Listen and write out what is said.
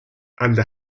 under